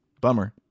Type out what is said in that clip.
Bummer